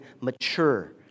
mature